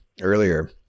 earlier